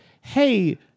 hey